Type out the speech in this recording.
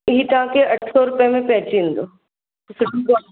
इहे तव्हां खे अठ सौ रुपये में पइजी वेंदो